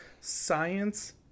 science